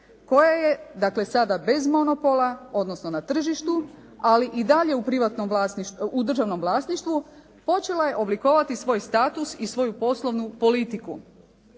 koja je dakle sada bez monopola odnosno na tržištu ali i dalje u državnom vlasništvu počela je oblikovati svoj status i svoju poslovnu politiku.